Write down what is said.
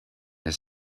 his